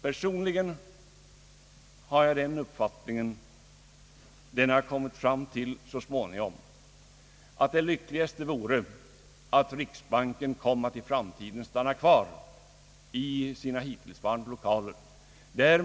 Personligen har jag så småningom kommit fram till att det riktigaste vore att riksbanken i framtiden finge stanna kvar i sina hittillsvarande lokaler.